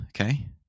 okay